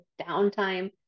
downtime